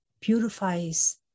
purifies